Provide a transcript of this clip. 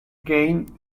gained